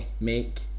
make